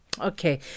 Okay